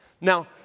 Now